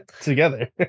together